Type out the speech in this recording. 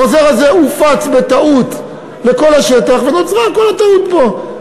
החוזר הזה הופץ בטעות לכל השטח ונוצרה כל הטעות פה.